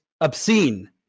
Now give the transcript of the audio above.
obscene